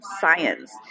Science